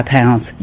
pounds